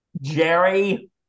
Jerry